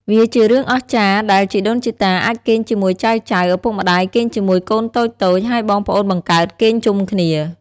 វាជារឿងអស្ចារ្យដែល ជីដូនជីតាអាចគេងជាមួយចៅៗ ឪពុកម្តាយគេងជាមួយកូនតូចៗ ហើយបងប្អូនបង្កើតគេងជុំគ្នា។